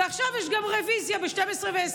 ועכשיו יש גם רוויזיה, ב-12:20.